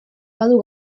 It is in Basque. badu